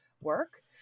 work